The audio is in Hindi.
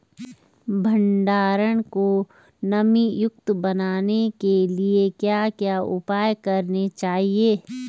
भंडारण को नमी युक्त बनाने के लिए क्या क्या उपाय करने चाहिए?